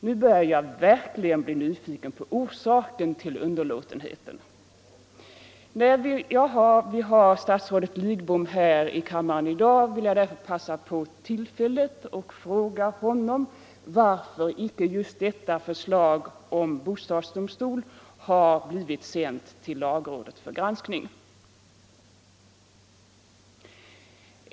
Nu börjar jag verkligen bli nyfiken på orsakerna till underlåtenheten. När vi nu har statsrådet Lidbom här i kammaren vill jag därför passa på tillfället och fråga honom: Varför har inte just detta förslag om bostadsdomstol blivit sänt till lagrådet för granskning?